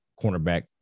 cornerback